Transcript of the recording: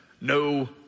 no